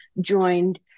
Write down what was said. joined